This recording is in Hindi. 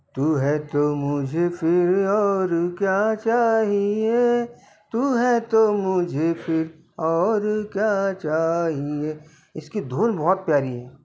तू है तू मुझे फ़िर और क्या चाहिये तू है तू मुझे फ़िर और क्या चाहिये इसकी धुन बहुत प्यारी है